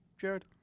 Jared